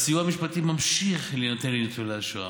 הסיוע המשפטי ממשיך להינתן לניצולי השואה.